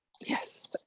yes